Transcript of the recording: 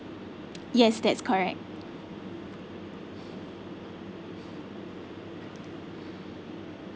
yes that's correct